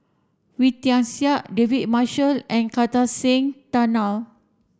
Wee Tian Siak David Marshall and Kartar Singh Thakral